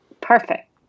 Perfect